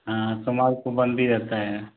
हाँ सोमवार को बंदी रहता है